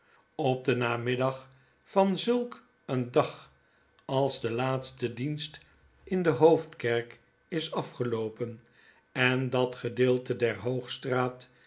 op den namiddag van zulk een dag als de laatste dienst in de hoofdkerk is afgeloopen en dat gedeelte der hoogstraat